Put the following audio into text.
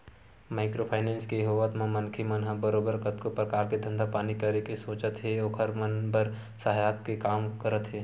micro finance के होवत म मनखे मन ह बरोबर कतको परकार के धंधा पानी करे के सोचत हे ओखर मन बर सहायक के काम करत हे